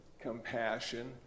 compassion